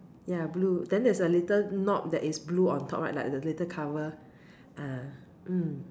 ya blue then there's a little knob that is blue on top right like the little cover uh mm